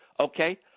okay